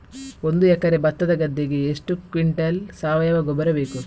ಒಂದು ಎಕರೆ ಭತ್ತದ ಗದ್ದೆಗೆ ಎಷ್ಟು ಕ್ವಿಂಟಲ್ ಸಾವಯವ ಗೊಬ್ಬರ ಬೇಕು?